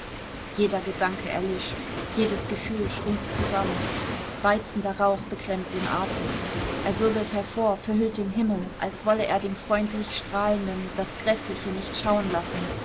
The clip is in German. jeder gedanke erlischt jedes gefühl schrumpft zusammen beizender rauch beklemmt den atem er wirbelt empor verhüllt den himmel als wollte er dem freundlich strahlenden das gräßliche nicht schauen lassen